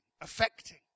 affecting